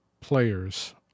players